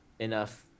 Enough